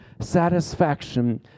satisfaction